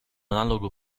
analogo